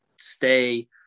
stay